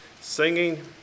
singing